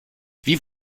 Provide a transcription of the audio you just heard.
wie